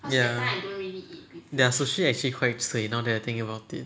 ya their sushi actually quite cui now that I think about it